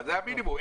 זה המינימום.